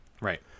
Right